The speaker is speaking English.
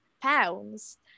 pounds